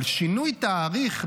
אבל שינוי תאריך?